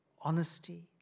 honesty